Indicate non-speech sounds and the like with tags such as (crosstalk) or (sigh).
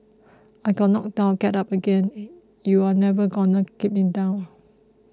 I get knocked down get up again (hesitation) you are never gonna keep me down